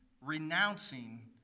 renouncing